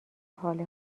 حال